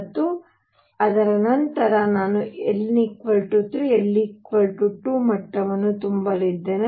ಮತ್ತು ಅದರ ನಂತರ ನಾನು n 3 l 2 ಮಟ್ಟವನ್ನು ತುಂಬಲಿದ್ದೇನೆ